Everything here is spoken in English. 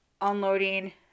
unloading